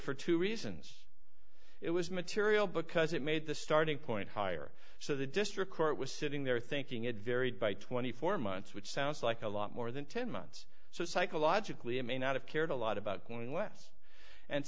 for two reasons it was material because it made the starting point higher so the district court was sitting there thinking it varied by twenty four months which sounds like a lot more than ten months so psychologically it may not have cared a lot about going west and